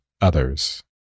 others